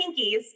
pinkies